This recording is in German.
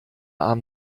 arm